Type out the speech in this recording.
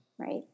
Right